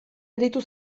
aritu